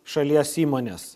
šalies įmonės